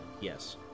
Yes